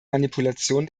manipulation